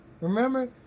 Remember